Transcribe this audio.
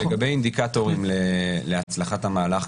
לגבי אינדיקטורים להצלחת המהלך,